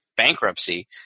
bankruptcy